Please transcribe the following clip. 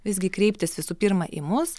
visgi kreiptis visų pirma į mus